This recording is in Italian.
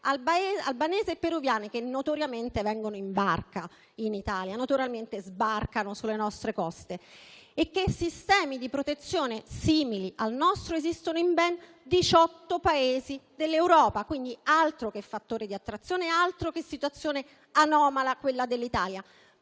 albanese e peruviana, che notoriamente vengono in barca in Italia, sbarcando naturalmente sulle nostre coste. Viene fuori anche che sistemi di protezione simili al nostro esistono in ben 18 Paesi europei, quindi altro che fattore di attrazione, altro che situazione anomala è quella dell'Italia.